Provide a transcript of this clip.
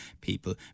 people